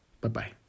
Bye-bye